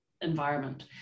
environment